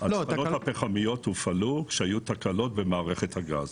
התחנות הפחמיות הופעלו כשהיו תקלות במערכת הגז.